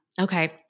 Okay